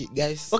guys